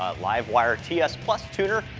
livewire ts tuner.